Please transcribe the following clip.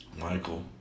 Michael